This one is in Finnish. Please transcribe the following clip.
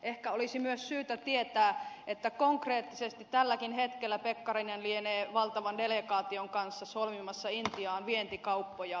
ehkä olisi myös syytä tietää että konkreettisesti tälläkin hetkellä pekkarinen lienee valtavan delegaation kanssa solmimassa intiaan vientikauppoja hyvä niin